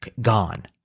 gone